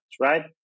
right